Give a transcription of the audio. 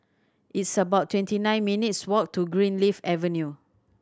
it's about twenty nine minutes' walk to Greenleaf Avenue